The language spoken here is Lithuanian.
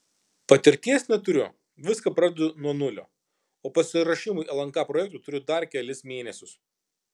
patirties neturiu viską pradedu nuo nulio o pasiruošimui lnk projektui turiu dar kelis mėnesius